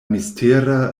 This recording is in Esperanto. mistera